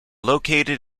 located